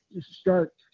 start